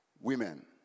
women